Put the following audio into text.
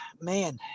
Man